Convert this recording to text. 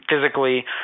physically